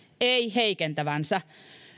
ei heikentävänsä